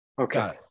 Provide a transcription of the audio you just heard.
Okay